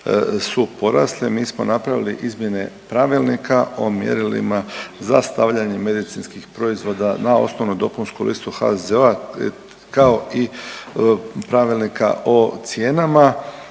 su porasle. Mi smo napravili izmjene Pravilnika o mjerilima za stavljanje medicinskih proizvoda na osnovnu dopunsku listu HZZO-a kao i Pravilnika o cijenama.